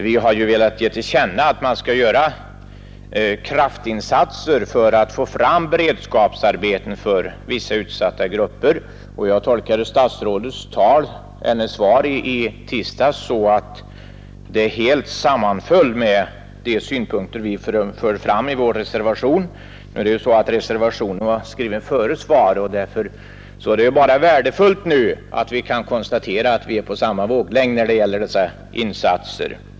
Vi har ju velat ge till känna att man skall göra kraftinsatser för att få fram beredskapsarbeten för vissa utsatta grupper, och jag tolkade statsrådets svar i tisdags så att det helt sammanföll med de synpunkter som framförts i vår reservation. Nu var ju reservationen skriven före svaret, och därför är det bara värdefullt att nu konstatera att vi är på samma våglängd när det gäller dessa insatser.